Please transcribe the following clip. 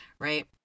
Right